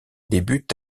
débute